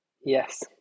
Yes